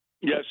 Yes